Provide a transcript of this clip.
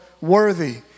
worthy